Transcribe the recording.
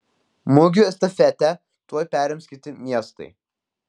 mugių estafetę tuoj perims kiti miestai